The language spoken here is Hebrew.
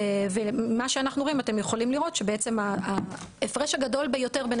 אתם יכולים לראות שההפרש הגדול ביותר בין